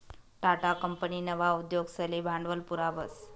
Tata company नवा उद्योगसले भांडवल पुरावस